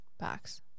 box